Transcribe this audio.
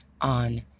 on